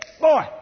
boy